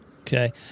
Okay